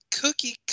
cookie